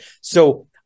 So-